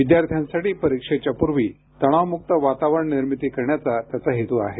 विद्यार्थ्यांसाठी परीक्षेच्या पूर्वी तणावमुक्त वातावरण निर्मिती करण्याचा त्याचा हेतू आहे